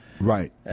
Right